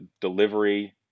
delivery